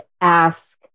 ask